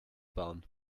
bauen